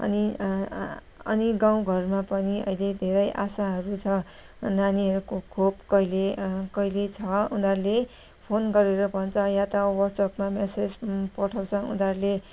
अनि अनि गाउँ घरमा पनि अहिले धेरै आशाहरू छ नानीहरूको खोप कहिले कहिले छ उनीहरूले फोन गरेर भन्छ या त वाट्सएपमा म्यासेज पठाउछ उनीहरूले